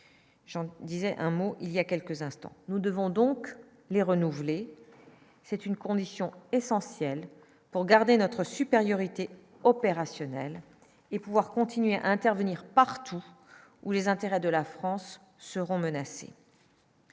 Jean disait un mot il y a quelques instants, nous devons donc les renouveler, c'est une condition essentielle pour garder notre supériorité opérationnel et pouvoir continuer à intervenir partout où les intérêts de la France seront menacés.